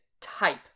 type